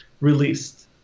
released